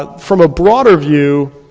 ah from a broader view,